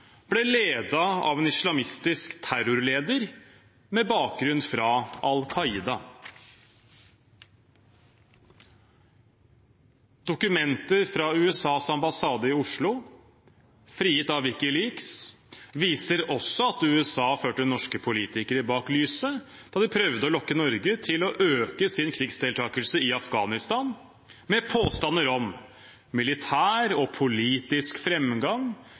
ble ledet av en islamistisk terrorleder med bakgrunn fra Al Qaida. Dokumenter fra USAs ambassade i Oslo, frigitt av WikiLeaks, viser også at USA førte norske politikere bak lyset da de prøvde å lokke Norge til å øke sin krigsdeltakelse i Afghanistan med påstander om militær og politisk